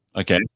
okay